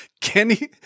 Kenny